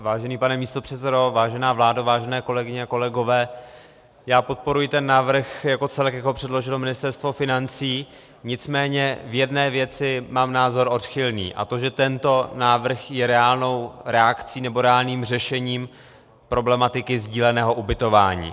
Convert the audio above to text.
Vážený pane místopředsedo, vážená vládo, vážené kolegyně a kolegové, já podporuji návrh jako celek, jak ho předložilo Ministerstvo financí, nicméně v jedné věci mám názor odchylný, a to že tento návrh je reálnou reakcí nebo reálným řešením problematiky sdíleného ubytování.